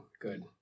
good